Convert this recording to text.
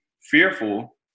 fearful